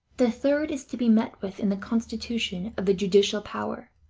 the third is to be met with in the constitution of the judicial power.